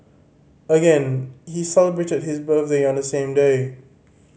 again he celebrated his birthday on the same day